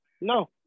no